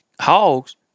Hogs